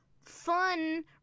fun